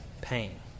pain